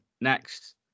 next